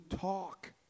talk